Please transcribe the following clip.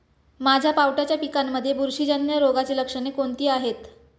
माझ्या पावट्याच्या पिकांमध्ये बुरशीजन्य रोगाची लक्षणे कोणती आहेत?